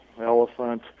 elephant